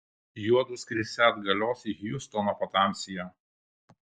juodu skrisią atgalios į hjustoną patamsyje